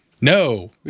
No